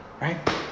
Right